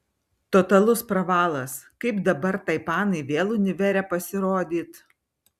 totalus pravalas kaip dabar tai panai vėl univere pasirodyt